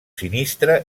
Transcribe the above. sinistre